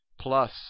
plus